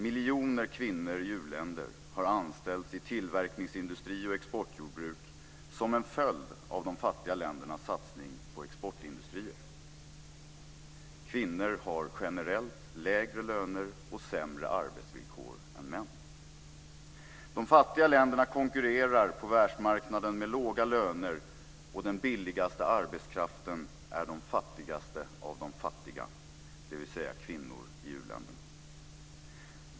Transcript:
Miljoner kvinnor i u-länder har anställts i tillverkningsindustri och exportjordbruk som en följd av de fattiga ländernas satsning på exportindustrier. Kvinnor har generellt lägre löner och sämre arbetsvillkor än män. De fattiga länderna konkurrerar på världsmarknaden med låga löner, och den billigaste arbetskraften är den fattigaste av de fattiga, dvs. kvinnor i uländerna.